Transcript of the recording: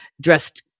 dressed